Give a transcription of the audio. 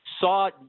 Saw